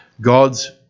God's